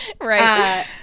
Right